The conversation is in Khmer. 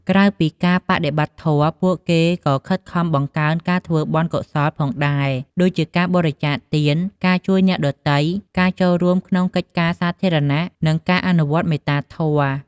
ក្រៅពីការបដិបត្តិធម៌ ពួកគេក៏ខិតខំបង្កើនការធ្វើបុណ្យកុសលផងដែរ ដូចជាការបរិច្ចាគទាន ការជួយអ្នកដទៃ ការចូលរួមក្នុងកិច្ចការសាធារណៈ និងការអនុវត្តមេត្តាធម៌។